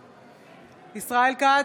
בעד ישראל כץ,